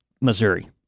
missouri